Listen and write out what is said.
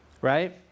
Right